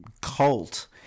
cult